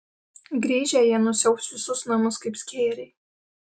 grįžę jie nusiaubs visus namus kaip skėriai